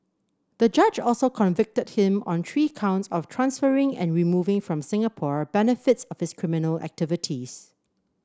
the judge also convicted him on three counts of transferring and removing from Singapore benefits of his criminal activities